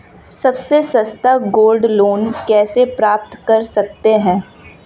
सबसे सस्ता gold loan कैसे प्राप्त कर सकते हैं?